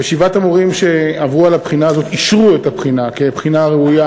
ושבעת המורים שעברו על הבחינה הזאת אישרו את הבחינה כבחינה ראויה